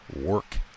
work